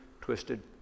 twisted